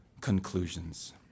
conclusions